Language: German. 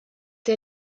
der